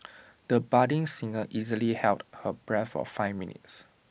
the budding singer easily held her breath for five minutes